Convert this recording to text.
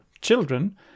children